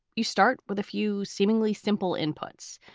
you start with a few seemingly simple inputs.